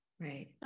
right